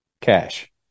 cash